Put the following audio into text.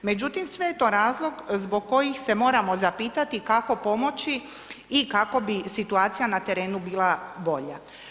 Međutim, sve je to razlog zbog kojih se moramo zapitati kako pomoći i kako bi situacija na terenu bila bolja.